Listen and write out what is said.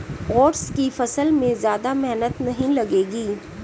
oats की फसल में ज्यादा मेहनत नहीं लगेगी